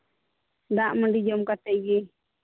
ᱫᱟᱜ ᱢᱟᱹᱰᱤ ᱡᱚᱢ ᱠᱟᱛᱮᱫ ᱜᱮ